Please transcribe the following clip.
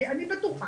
כי אני בטוחה